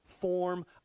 form